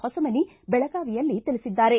ಹೊಸಮನಿ ಬೆಳಗಾವಿಯಲ್ಲಿ ಹೇಳಿದ್ದಾರೆ